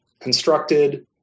constructed